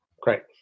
Great